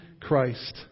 Christ